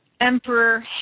Emperor